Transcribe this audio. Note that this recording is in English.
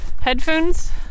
headphones